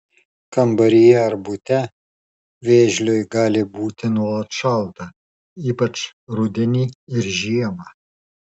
kambaryje ar bute vėžliui gali būti nuolat šalta ypač rudenį ir žiemą